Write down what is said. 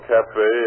Cafe